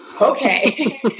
Okay